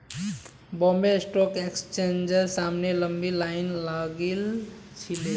Bombay stock एक्सचेंजेर सामने लंबी लाइन लागिल छिले